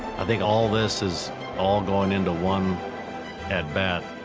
i think all this is all going into one at-bat,